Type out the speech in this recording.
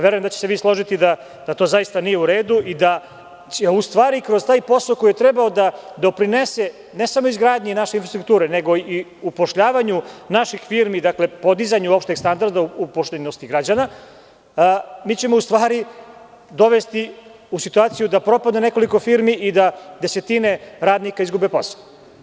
Verujem da ćete se složiti da to zaista nije u redu i da će kroz taj posao koji je trebao da doprinese ne samo izgradnji naše infrastrukture nego i upošljavanju naših firmi i podizanju opšteg standarda građana, mi ćemo u stvari dovesti u situaciju da propadne nekoliko firmi i da desetine radnika izgubi posao.